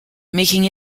making